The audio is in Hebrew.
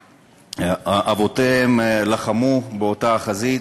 אבותיהם לחמו באותה חזית.